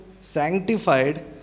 sanctified